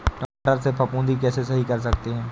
टमाटर से फफूंदी कैसे सही कर सकते हैं?